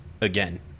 again